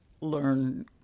learn